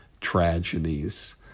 tragedies